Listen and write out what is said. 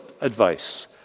advice